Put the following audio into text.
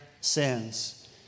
sins